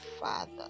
father